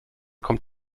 kommt